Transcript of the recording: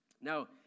Now